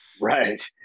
right